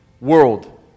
World